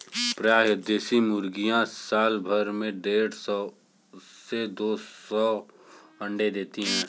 प्रायः देशी मुर्गियाँ साल भर में देढ़ सौ से दो सौ अण्डे देती है